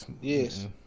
Yes